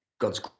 god's